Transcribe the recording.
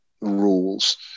rules